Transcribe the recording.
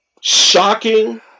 Shocking